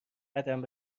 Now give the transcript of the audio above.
قدم